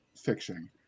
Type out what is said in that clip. fiction